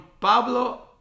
Pablo